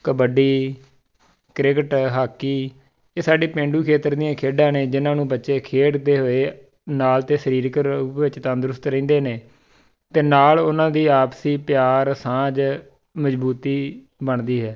kabaddi cricket hockey ਇਹ ਸਾਡੇ ਪੇਂਡੂ ਖੇਤਰ ਦੀਆਂ ਖੇਡਾਂ ਨੇ ਜਿਨ੍ਹਾਂ ਨੂੰ ਬੱਚੇ ਖੇਡਦੇ ਹੋਏ ਨਾਲ ਤਾਂ ਸਰੀਰਕ ਰੂਪ ਵਿੱਚ ਤੰਦਰੁਸਤ ਰਹਿੰਦੇ ਨੇ ਅਤੇ ਨਾਲ ਉਹਨਾਂ ਦੀ ਆਪਸੀ ਪਿਆਰ ਸਾਂਝ ਮਜ਼ਬੂਤੀ ਬਣਦੀ ਹੈ